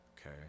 okay